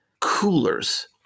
coolers